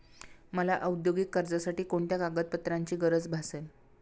मला औद्योगिक कर्जासाठी कोणत्या कागदपत्रांची गरज भासेल?